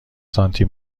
سانتی